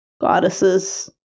goddesses